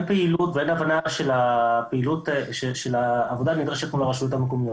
פעילות ואין הבנה של העבודה הנדרשת לרשויות המקומיות.